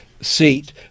seat